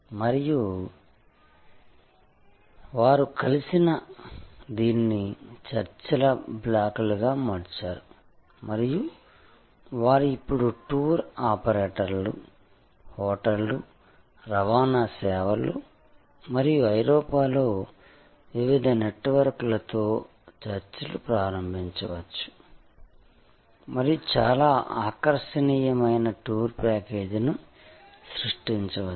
మరియు వారు కలిసి దీనిని చర్చల బ్లాక్గా మార్చారు మరియు వారు ఇప్పుడు టూర్ ఆపరేటర్లు హోటళ్లు రవాణా సేవలు మరియు ఐరోపాలో వివిధ నెట్వర్క్లతో చర్చలు ప్రారంభించవచ్చు మరియు చాలా ఆకర్షణీయమైన టూర్ ప్యాకేజీని సృష్టించవచ్చు